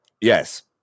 Yes